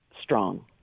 strong